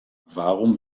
warum